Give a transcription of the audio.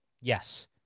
Yes